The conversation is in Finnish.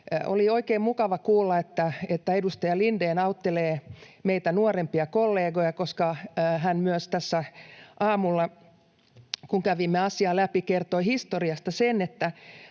Oli oikein mukava kuulla, että edustaja Lindén auttelee meitä nuorempia kollegoja, koska hän myös tässä aamulla, kun kävimme asiaa läpi, kertoi historiasta sen, että